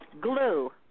glue